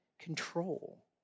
control